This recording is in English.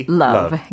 love